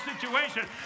situation